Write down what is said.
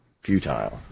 futile